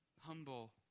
humble